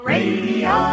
Radio